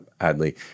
Hadley